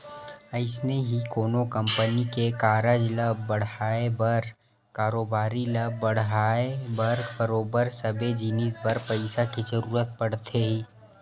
अइसने ही कोनो कंपनी के कारज ल बड़हाय बर कारोबारी ल बड़हाय बर बरोबर सबे जिनिस बर पइसा के जरुरत पड़थे ही